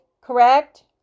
Correct